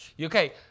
Okay